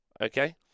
okay